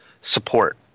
support